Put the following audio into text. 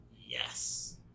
Yes